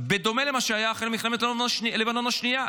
בדומה למה שהיה אחרי מלחמת לבנון השנייה,